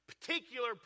particular